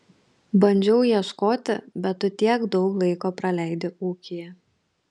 bandžiau ieškoti bet tu tiek daug laiko praleidi ūkyje